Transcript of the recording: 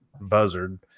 buzzard